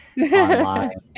online